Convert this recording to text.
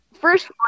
First